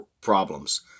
problems